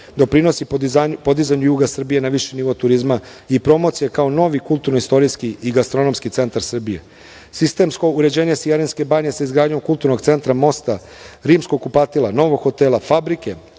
doprinosi podizanju juga Srbije na viši nivo turizma i promocije kao novi kulturno-istorijski i gastronomski centar Srbije. Sistemsko uređenje Sijarinske Banje sa izgradnjom kulturnog centra, mosta, rimskog kupatila, novog hotela, fabrike